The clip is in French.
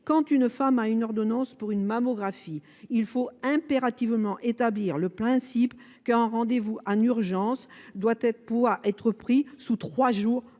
Quand une femme a une ordonnance pour une mammographie, il faut impérativement établir le principe d’un rendez vous en urgence sous trois jours